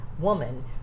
woman